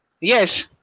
Yes